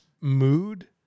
mood